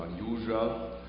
unusual